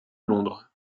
londres